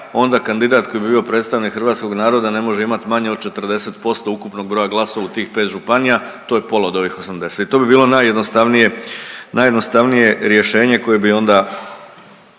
onda kandidat koji bi bio predstavnik Hrvatskog naroda ne može imati manje od 40% ukupnog broja glasova u tih 5 županija, to je pola od ovih 80, to si bilo najjednostavnije rješenje koje bi onda